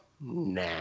Nah